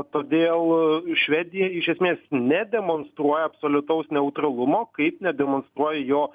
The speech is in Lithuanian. todėl švedija iš esmės nedemonstruoja absoliutaus neutralumo kaip nedemonstruoja jo